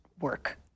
work